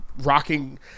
rocking –